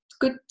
good